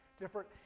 different